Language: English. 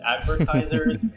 advertisers